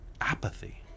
apathy